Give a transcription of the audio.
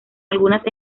algunas